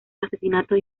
asesinatos